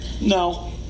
No